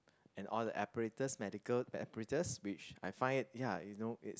and all the apparatus medical apparatus which I find it ya you know it's